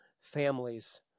families